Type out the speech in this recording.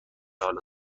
حالا